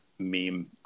meme